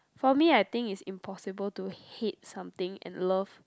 for me I think is impossible to hate something and love